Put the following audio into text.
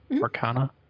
Arcana